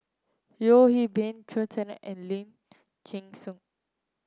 Yeo Hwee Bin Chen Sucheng and Lee